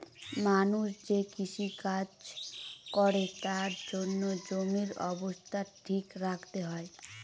মানুষ যে কৃষি কাজ করে তার জন্য জমির অবস্থা ঠিক রাখতে হয়